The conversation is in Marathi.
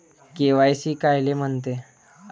के.वाय.सी कायले म्हनते?